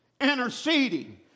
interceding